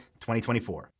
2024